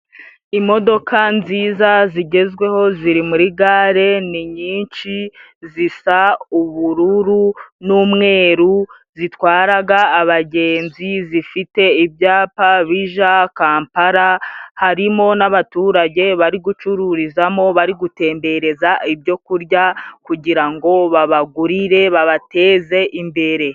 Imodoka nziza zigezweho ziri muri gare ni nyinshi, zisa ubururu n'umweru, zitwaraga abagenzi zifite ibyapa bija Kampala harimo n'abaturage bari gucururizamo bari gutembereza ibyo kurya kugira ngo babagurire babateze imbere.